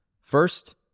First